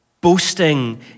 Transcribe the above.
boasting